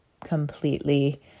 completely